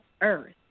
earth